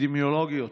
אפידמיולוגיות